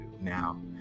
now